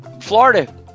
Florida